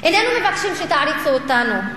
איננו מבקשים שתעריצו אותנו,